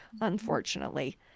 unfortunately